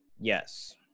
Yes